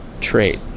trait